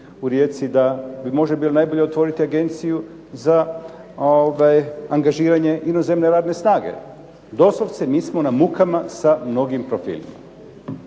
u Rijeci da bi možda bilo najbolje otvoriti agenciju za angažiranje inozemne radne snage, doslovce mi smo na mukama u mnogim profilima.